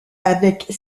avec